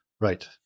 Right